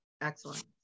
Excellent